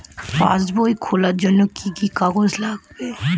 পাসবই খোলার জন্য কি কি কাগজ লাগবে?